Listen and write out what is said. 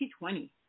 2020